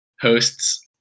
hosts